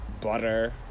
butter